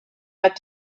had